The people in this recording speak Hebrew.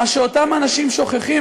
מה שאותם אנשים שוכחים,